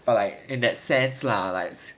but like in that sense lah like